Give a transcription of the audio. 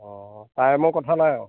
অঁ টাইমৰ কথা নাই আৰু